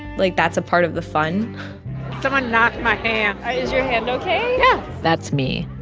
like, that's a part of the fun someone knocked my hand is your hand ok? yeah that's me.